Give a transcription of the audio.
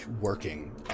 working